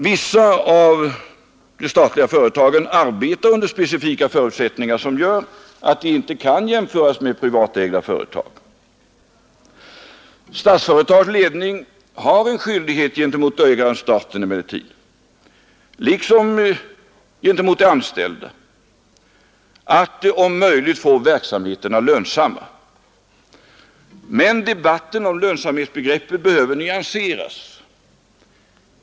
Vissa av de statliga företagen arbetar under specifika förutsättningar, som gör att de inte kan jämföras med privatägda företag. Statsföretags ledning har emellertid en skyldighet gentemot ägaren-staten, liksom gentemot de anställda, att om möjligt få verksamheterna lönsamma. Men debatten om lönsamhetsbegreppet behöver nyanseras.